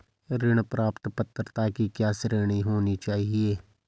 ऋण प्राप्त पात्रता की क्या श्रेणी होनी चाहिए?